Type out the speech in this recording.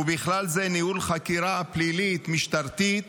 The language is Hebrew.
ובכלל זה ניהול חקירה פלילית משטרתית